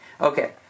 Okay